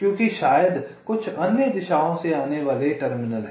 क्योंकि शायद कुछ अन्य दिशाओं से आने वाले टर्मिनल हैं